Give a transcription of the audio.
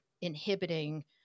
inhibiting